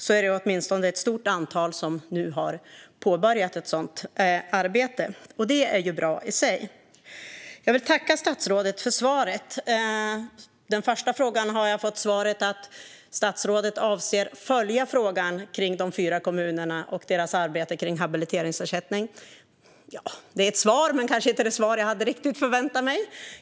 Det är alltså ett stort antal som nu åtminstone har påbörjat ett sådant arbete, och det är ju bra i sig. Jag vill tacka statsrådet för svaret. På den första frågan har jag fått svaret att statsrådet avser att följa frågan kring de fyra kommunerna och deras arbete med habiliteringsersättning. Det är ett svar, men kanske inte det svar jag riktigt hade förväntat mig.